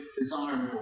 desirable